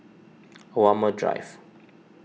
Walmer Drive